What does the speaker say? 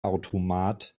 automat